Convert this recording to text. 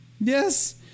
yes